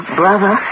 brother